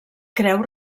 creu